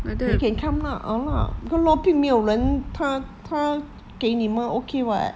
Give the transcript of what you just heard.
you can come lah ah lah because low peak 没有人他他给你 mah okay mah